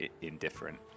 indifferent